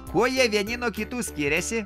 kuo jie vieni nuo kitų skiriasi